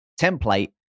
template